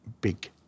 Big